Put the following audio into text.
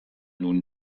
nun